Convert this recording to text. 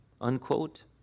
unquote